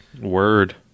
Word